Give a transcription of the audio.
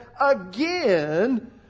again